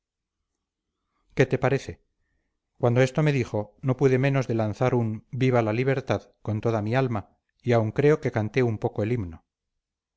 qué te parece cuando esto me dijo no pude menos de lanzar un viva la libertad con toda mi alma y aun creo que canté un poco el himno